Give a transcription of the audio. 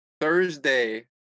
Thursday